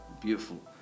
Beautiful